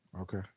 Okay